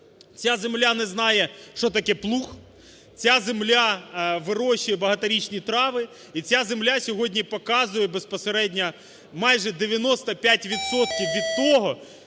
Ця земля не знає, що таке плуг, ця земля вирощує багаторічні трави, і ця земля сьогодні показує безпосередньо майже 95 відсотків